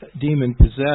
demon-possessed